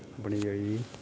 अपनी जेह्ड़ी